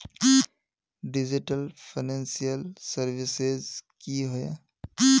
Digital financial services की होय?